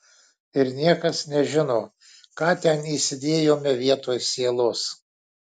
ir niekas nežino ką ten įsidėjome vietoj sielos